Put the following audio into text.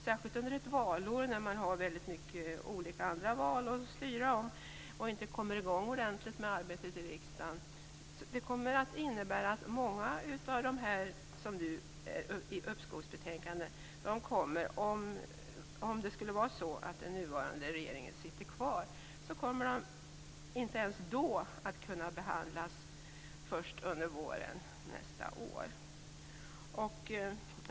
Särskilt under ett valår, när man har många olika andra val att styra om och inte kommer i gång ordentligt med arbetet i riksdagen, kommer många av uppskovsbetänkandena, inte ens om nuvarande regering skulle sitta kvar, inte att kunna behandlas förrän under våren nästa år.